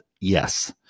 yes